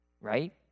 right